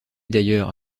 d’ailleurs